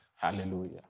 Hallelujah